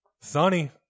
Sunny